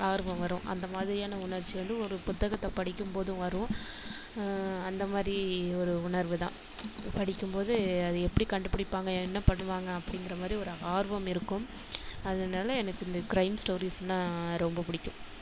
ஆர்வம் வரும் அந்த மாதிரியான உணர்ச்சி வந்து ஒரு புத்தகத்தை படிக்கும்போதும் வரும் அந்தமாதிரி ஒரு உணர்வு தான் படிக்கும்போது அது எப்படி கண்டுபிடிப்பாங்க என்ன பண்ணுவாங்க அப்படிங்கிற மாதிரி ஒரு ஆர்வம் இருக்கும் அதனால எனக்கு இந்த க்ரைம் ஸ்டோரீஸ்ன்னா ரொம்ப பிடிக்கும்